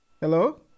Hello